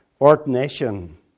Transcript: ordination